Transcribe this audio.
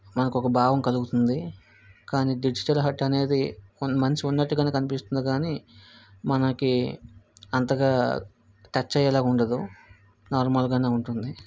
మనకు ఒక భావం కలుగుతుంది కానీ డిజిటల్ ఆర్ట్ అనేది మనిషి ఉన్నట్టుగా కనిపిస్తుంది కానీ మనకి అంతగా టచ్ అయ్యేలాగా ఉండదు నార్మల్గా ఉంటుంది